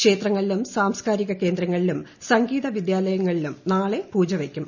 ക്ഷേത്രങ്ങളിലും കേന്ദ്രങ്ങളിലും സംഗീതവിദ്യാലയങ്ങളിലും നാളെ പൂജവയ്ക്കും